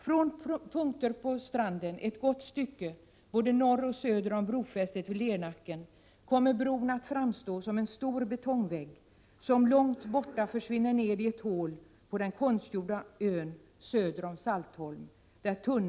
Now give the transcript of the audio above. Från punkter på stranden ett gott stycke både norr och söder om brofästet vid Lernacken kommer bron att framstå som en stor betongvägg, som långt borta försvinner ned i ett hål på den konstgjorda ön söder om Saltholm .